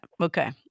okay